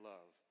Love